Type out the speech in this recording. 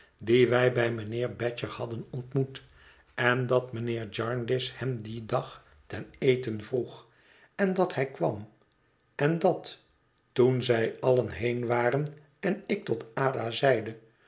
dien wij bij mijnheer badger hadden ontmoet en dat mijnheer jarndyce hem dien dag ten eten vroeg en dat hij kwam en dat toen zij allen heen waren en ik tot ada zeide